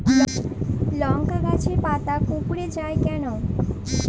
লংকা গাছের পাতা কুকড়ে যায় কেনো?